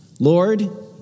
Lord